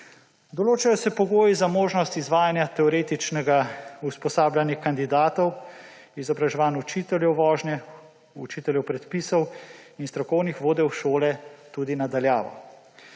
Določajo se pogoji za možnost izvajanja teoretičnega usposabljanja kandidatov, izobraževanj učiteljev vožnje, učiteljev predpisov in strokovnih vodij šole tudi na daljavo.